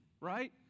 right